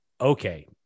okay